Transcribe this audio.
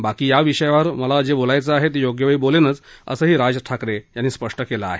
बाकी या विषयावर मला जे बोलायचं आहे ते योग्य वेळी बोलेनच असंही राज यांनी स्पष्ट केलं आहे